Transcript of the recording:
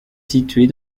située